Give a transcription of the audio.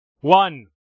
one